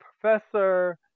professor